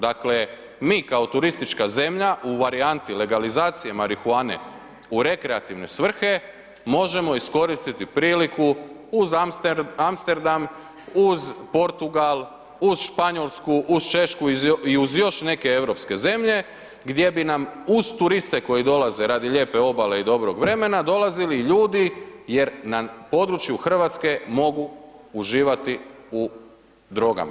Dakle, mi kao turistička zemlja u varijanti legalizacije marihuane u rekreativne svrhe možemo iskoristiti priliku uz Amsterdam, uz Portugal, uz Španjolsku, uz Češku i uz još neke europske zemlje gdje bi nam uz turiste koji dolaze radi lijepe obale i dobrog vremena, dolazili ljudi, jer na području RH mogu uživati u drogama.